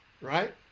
right